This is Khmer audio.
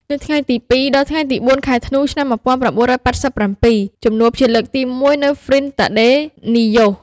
នៅថ្ងៃទី០២ ដល់ថ្ងៃទី០៤ ខែធ្នូ ឆ្នាំ១៩៨៧ ជំនួបជាលើកទី១ នៅ ហ្វ្រីន-តាដេនីយ៉ូស ។